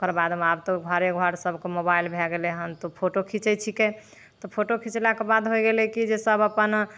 ओकर बादमे आब तऽ घरे घर सबके मोबाइल भै गेलै हन तऽ फोटो खीचैत छिकै तऽ फोटो खीचलाके बाद होय गेलै कि जे सब अपन